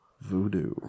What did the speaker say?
voodoo